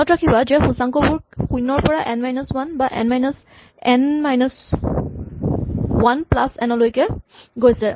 মনত ৰাখিবা যে সূচাংকবোৰ শূণ্যৰ পৰা এন মাইনাচ ৱান বা n minus n minus one plus n লৈকে গৈছে